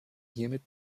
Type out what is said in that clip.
hiermit